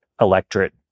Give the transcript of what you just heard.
electorate